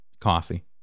coffee